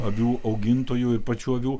avių augintojų ir pačių avių